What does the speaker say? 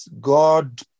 God